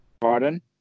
Pardon